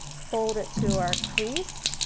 fold it to our crease,